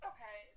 Okay